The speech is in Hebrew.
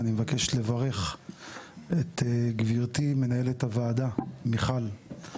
אני מבקש לברך את גבירתי, מנהלת הוועדה, מיכל,